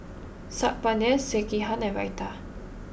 Saag Paneer Sekihan and Raita